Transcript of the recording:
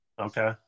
Okay